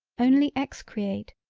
only excreate,